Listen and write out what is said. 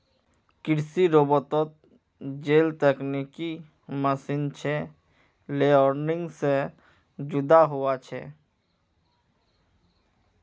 कृषि रोबोतोत जेल तकनिकी मशीन छे लेअर्निंग से जुदा हुआ छे